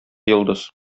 йолдыз